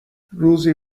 روزی